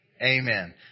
Amen